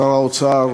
שר האוצר,